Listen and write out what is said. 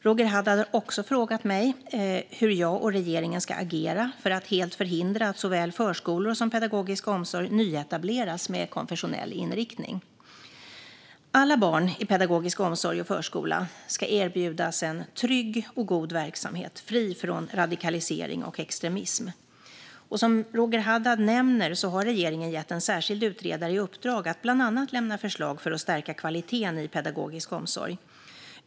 Roger Haddad har också frågat mig hur jag och regeringen ska agera för att helt förhindra att såväl förskolor som pedagogisk omsorg nyetableras med konfessionell inriktning. Alla barn i pedagogisk omsorg och förskola ska erbjudas en trygg och god verksamhet fri från radikalisering och extremism. Som Roger Haddad nämner har regeringen gett en särskild utredare i uppdrag att bland annat lämna förslag för att stärka kvaliteten i pedagogisk omsorg.